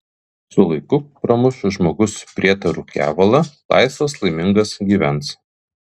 su laiku pramuš žmogus prietarų kevalą laisvas laimingas gyvens